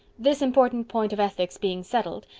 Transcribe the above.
this important point of ethics being settled,